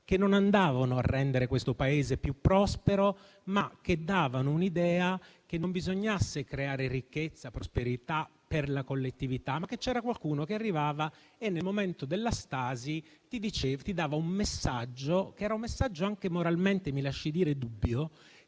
che non andavano a rendere questo Paese più prospero. Si dava l'idea che non bisognasse creare ricchezza e prosperità per la collettività, ma che c'era qualcuno che arrivava e, nel momento della stasi, dava il messaggio - mi lasci dire anche moralmente dubbio